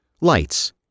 Lights